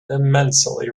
immensely